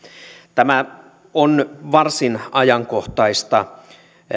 tämä on varsin ajankohtaista